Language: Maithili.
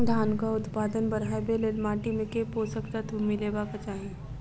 धानक उत्पादन बढ़ाबै लेल माटि मे केँ पोसक तत्व मिलेबाक चाहि?